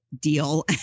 deal